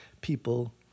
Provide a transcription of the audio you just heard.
people